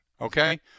okay